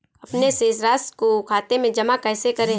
अपने शेष राशि को खाते में जमा कैसे करें?